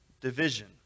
division